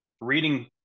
reading